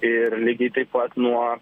ir lygiai taip pat nuo